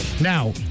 Now